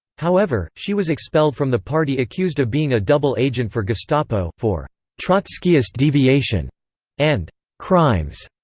however, she was expelled from the party accused of being a double agent for gestapo, for trotskyist deviation and crimes,